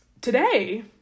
today